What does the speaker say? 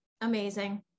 amazing